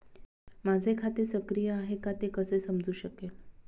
माझे खाते सक्रिय आहे का ते कसे समजू शकेल?